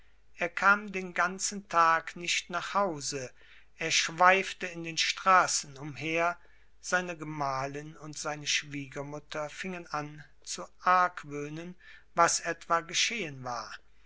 er kam den ganzen tag nicht nach hause er schweifte in den straßen umher seine gemahlin und seine schwiegermutter fingen an zu argwöhnen was etwa geschehen war